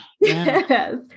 Yes